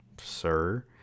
Sir